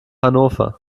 hannover